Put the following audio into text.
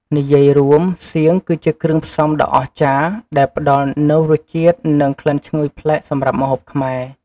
និយាយរួម សៀងគឺជាគ្រឿងផ្សំដ៏អស្ចារ្យដែលផ្តល់នូវរសជាតិ និងក្លិនឈ្ងុយប្លែកសម្រាប់ម្ហូបខ្មែរ។